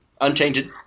Untainted